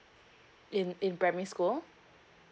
in in primary school